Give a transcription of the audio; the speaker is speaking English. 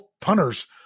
punters